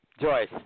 Joyce